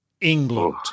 England